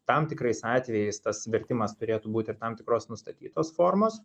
tam tikrais atvejais tas vertimas turėtų būti ir tam tikros nustatytos formos